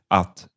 att